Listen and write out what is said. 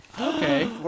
Okay